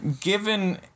given